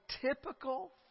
typical